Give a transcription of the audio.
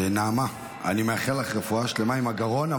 נעמה, אני מאחל לך רפואה שלמה עם הגרון.